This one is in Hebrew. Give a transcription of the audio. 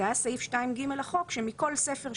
וזה היה בסעיף 2(ג) לחוק: "מכל ספר,